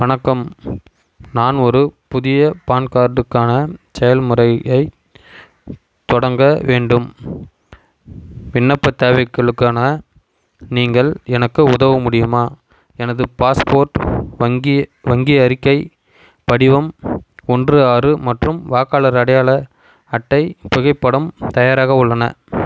வணக்கம் நான் ஒரு புதிய பான் கார்டுக்கான செயல்முறையை தொடங்க வேண்டும் விண்ணப்ப தேவைகளுக்கான நீங்கள் எனக்கு உதவ முடியுமா எனது பாஸ்போர்ட் வங்கி வங்கி அறிக்கை படிவம் ஒன்று ஆறு மற்றும் வாக்காளர் அடையாள அட்டை புகைப்படம் தயாராக உள்ளன